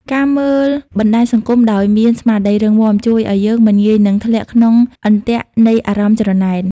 ការមើលបណ្តាញសង្គមដោយមាន "ស្មារតីរឹងមាំ" ជួយឱ្យយើងមិនងាយនឹងធ្លាក់ក្នុងអន្ទាក់នៃអារម្មណ៍ច្រណែន។